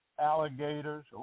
alligators